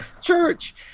church